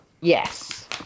yes